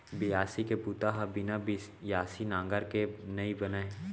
बियासी के बूता ह बिना बियासी नांगर के नइ बनय